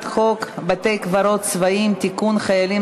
39 בעד.